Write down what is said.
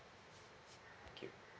thank you